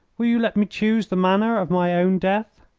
will you let me choose the manner of my own death?